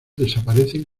desaparecen